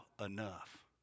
enough